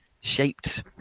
shaped